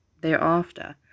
thereafter